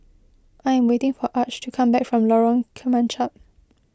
I am waiting for Arch to come back from Lorong Kemunchup